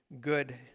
good